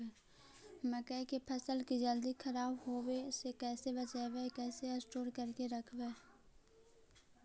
मकइ के फ़सल के जल्दी खराब होबे से कैसे बचइबै कैसे स्टोर करके रखबै?